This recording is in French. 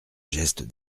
geste